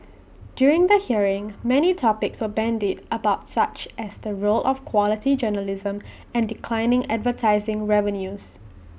during the hearing many topics were bandied about such as the role of quality journalism and declining advertising revenues